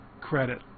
credit